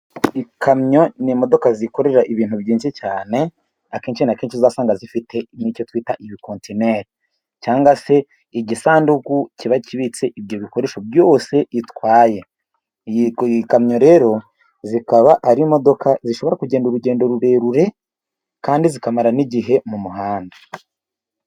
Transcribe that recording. Ikamyo ni imodoka zikorera ibintu byinshi cyane akenshi na kenshi uzasanga zifite nk'icyo twita ibikontineri cyangwa se igisanduku kiba kibitse ibyo bikoresho byose itwaye. Ikamyo rero zikaba ari imodoka zishobora kugenda urugendo rurerure, kandi zikamara n'igihe mu muhanda.